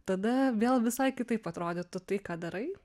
tada vėl visai kitaip atrodytų tai ką darai